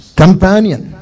companion